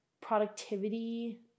productivity